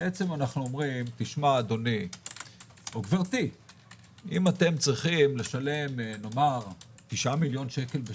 אנחנו אומרים: אם אתם צריכים לשלם 9 מיליון שקל,